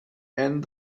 and